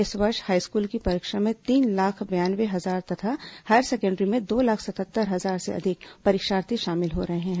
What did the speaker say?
इस वर्ष हाईस्कूल की परीक्षा में तीन लाख बयानवे हजार तथा हायर सेकेंडरी में दो लाख सतहत्तर हजार से अधिक परीक्षार्थी शामिल हो रहे हैं